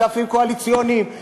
כספים קואליציוניים.